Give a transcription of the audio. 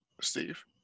steve